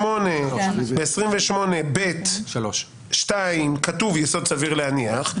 3. ב-28ב2 כתוב: יסוד סביר להניח,